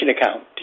account